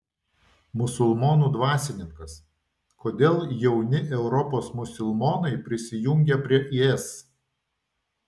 musulmonų dvasininkas kodėl jauni europos musulmonai prisijungia prie is